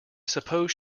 suppose